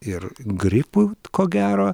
ir gripu ko gero